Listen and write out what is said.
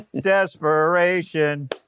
desperation